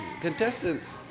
contestants